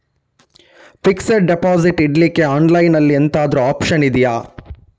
Fixed deposit ಇಡ್ಲಿಕ್ಕೆ online ಅಲ್ಲಿ ಎಂತಾದ್ರೂ ಒಪ್ಶನ್ ಇದ್ಯಾ?